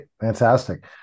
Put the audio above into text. fantastic